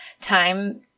time